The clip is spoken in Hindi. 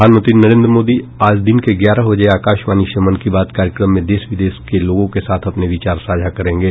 प्रधानमंत्री नरेन्द्र मोदी आज दिन के ग्यारह बजे आकाशवाणी से मन की बात कार्यक्रम में देश विदेश के लोगों के साथ अपने विचार साझा करेंगे